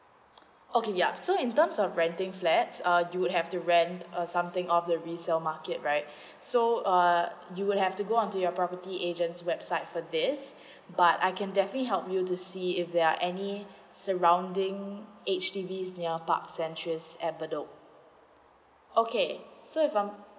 okay ya so in terms of renting flats uh you would have to rent a something of a resell market right so uh you would have to go on to your property agents website for this but I can definitely help you to see if there are any surrounding H_D_B near parks centuries at bedok okay so if I'm